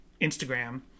instagram